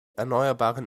erneuerbaren